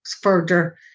further